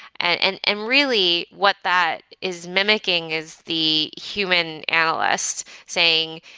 and and and really, what that is mimicking is the human analyst saying,